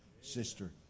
Sister